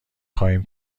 خواهیم